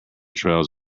trails